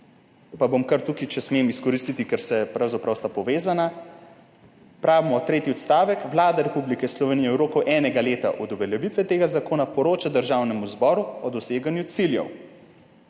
pa bom kar tukaj, če smem izkoristiti, ker sta pravzaprav povezana – pravimo, tretji odstavek: »Vlada Republike Slovenije v roku enega leta od uveljavitve tega zakona poroča Državnemu zboru o doseganju ciljev.«